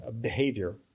behavior